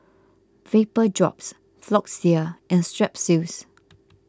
Vapodrops Floxia and Strepsils